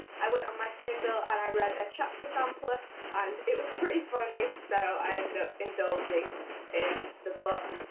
i went on my kindle and i read a chapter sampler and it was pretty funny. so i ended up indulging in the book.